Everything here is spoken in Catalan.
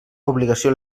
obligació